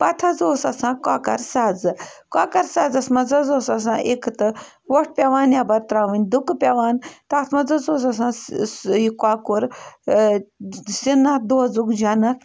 پَتہٕ حظ اوس آسان کۄکَر سَزٕ کۄکَر سَزَس منٛز حظ اوس آسان اِکہٕ تہٕ وۄٹھ پٮ۪وان نٮ۪بَر ترٛاوٕنۍ دُکہٕ پٮ۪وان تَتھ منٛز حظ اوس آسان یہِ کۄکُر دوزُک جنت